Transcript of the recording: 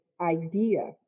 idea